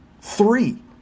Three